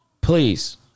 Please